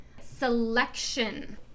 selection